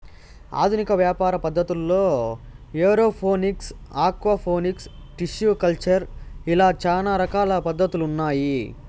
ఆధునిక వ్యవసాయ పద్ధతుల్లో ఏరోఫోనిక్స్, ఆక్వాపోనిక్స్, టిష్యు కల్చర్ ఇలా చానా రకాల పద్ధతులు ఉన్నాయి